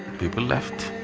people left,